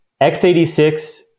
x86